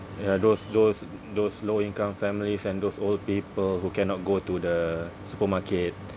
ya those those those low income families and those old people who cannot go to the supermarket